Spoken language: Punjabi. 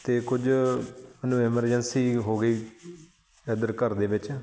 ਅਤੇ ਕੁਝ ਮੈਨੂੰ ਐਮਰਜੈਂਸੀ ਹੋ ਗਈ ਇੱਧਰ ਘਰ ਦੇ ਵਿੱਚ